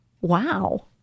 wow